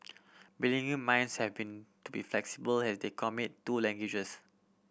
bilingual minds have been be flexible has they commit to languages